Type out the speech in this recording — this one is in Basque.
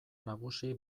nagusi